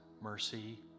mercy